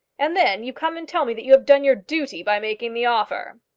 and then you come and tell me that you have done your duty by making the offer!